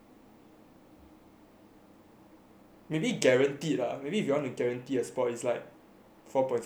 maybe guarantee lah maybe you want a guarantee your spot is like four point something and above